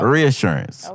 Reassurance